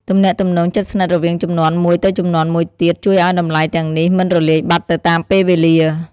ទំនាក់ទំនងជិតស្និទ្ធរវាងជំនាន់មួយទៅជំនាន់មួយទៀតជួយឲ្យតម្លៃទាំងនេះមិនរលាយបាត់ទៅតាមពេលវេលា។